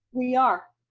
we are,